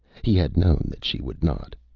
he had known that she would not.